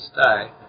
stay